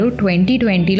2020